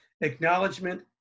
acknowledgement